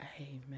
Amen